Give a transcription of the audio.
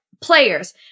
players